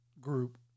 group